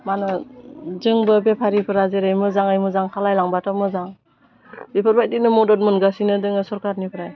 मा होनो जोंबो बेफारिफोरा जेरै मोजाङै मोजां खालायलांबाथ' मोजां बेफोरबायदिनो मदद मोनगासिनो दोङो सरकारनिफ्राय